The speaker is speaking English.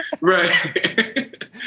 Right